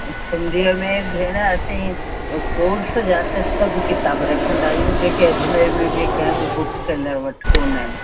सिंधीअ में भेण असीं कोर्स जा त सभु किताब रखंदा आहियूं जेके अजमेर में बि कैंप बुक थियल वटि कोन आहिनि